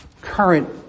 current